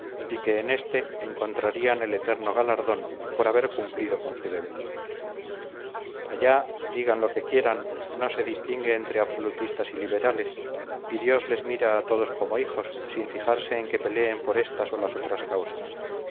y que en este encontrarían el eterno galardón por haber cumplido con su deber allá digan lo que quieran no se distingue entre absolutistas y liberales y dios les mira a todos como hijos sin fijarse en que peleen por estas o las otras causas